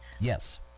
yes